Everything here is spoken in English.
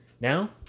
Now